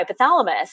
hypothalamus